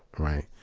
right?